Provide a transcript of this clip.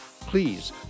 please